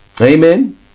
Amen